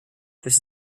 this